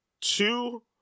two